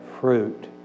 fruit